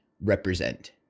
represent